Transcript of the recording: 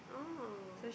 oh